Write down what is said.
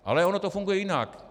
Ale ono to funguje jinak.